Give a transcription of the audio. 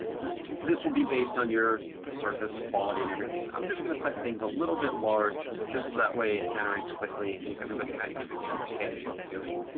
this will be based on your surface quality and everything. i'm just gonna set things a little bit large, just that way it generates quickly, and everybody kinda gets the understanding of what we're doing.